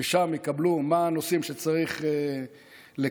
ששם יקבלו מה הנושאים שצריך לקדם,